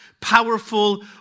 powerful